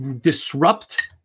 disrupt